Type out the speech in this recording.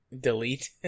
delete